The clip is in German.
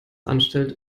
anstellt